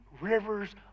rivers